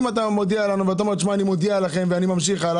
אם אתה מודיע לנו ואתה אומר שאתה מודיע לנו ואתה ממשיך הלאה,